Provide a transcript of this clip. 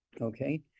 okay